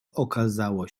okazało